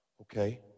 okay